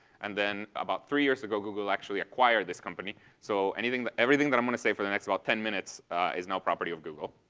and then about three years ago google actually acquired this company. so everything that everything that i'm going to say for the next, about, ten minutes is now property of google.